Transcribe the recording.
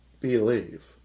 believe